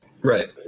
right